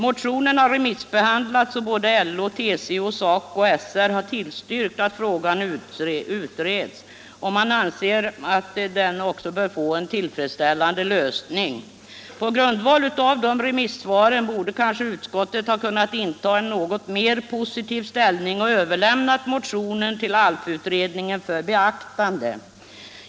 Motionen har remissbehandlats, och såväl LO som TCO och SACO/SR har tillstyrkt att frågan utreds, så att den får en tillfredsställande lösning. På grundval av de remissvaren borde kanske utskottet ha kunnat inta en mer positiv ställning och överlämnat motionen till ALF-utredningen för beaktande.